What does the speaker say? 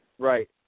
Right